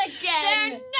again